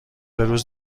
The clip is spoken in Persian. روز